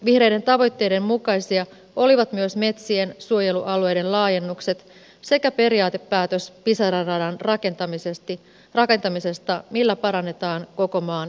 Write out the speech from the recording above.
vihreiden tavoitteiden mukaisia olivat myös metsien suojelualueiden laajennukset sekä periaatepäätös pisara radan rakentamisesta millä parannetaan koko maan junaliikennettä